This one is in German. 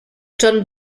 john